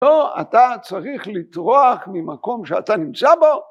‫או, אתה צריך לטרוח ‫ממקום שאתה נמצא בו.